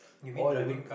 all good